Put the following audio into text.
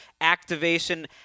activation